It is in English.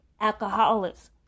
alcoholics